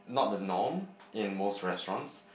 not the norm in most restaurants